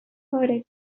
recorded